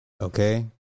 Okay